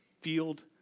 field